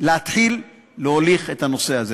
להתחיל להוליך את הנושא הזה.